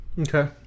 Okay